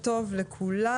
בוקר טוב לכולם.